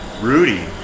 Rudy